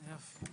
הישיבה